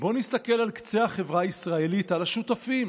בואו נסתכל על קצה החברה הישראלית, על השותפים: